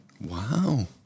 Wow